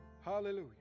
Hallelujah